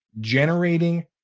generating